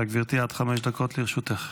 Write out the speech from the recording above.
בבקשה, גברתי, עד חמש דקות לרשותך.